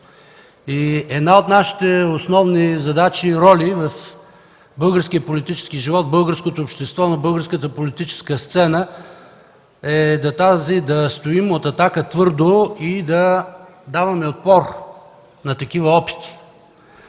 Една от нашите основни задачи и роли в българския политически живот, в българското общество, на българската политическа сцена е „Атака” твърдо да стоим и да даваме отпор на такива опити.